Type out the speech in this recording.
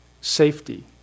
safety